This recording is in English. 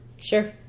Sure